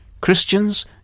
Christians